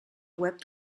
web